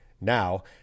Now